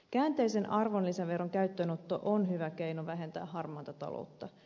käänteisen arvonlisäveron käyttöönotto on hyvä keino vähentää harmaata taloutta